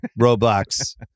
Roblox